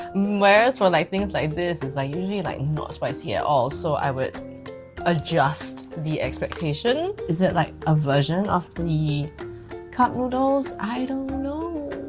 whereas for like things like this, is iike usually like not spicy at all, so i would adjust the expectation. is it like a version of the cup noodles? i don't know.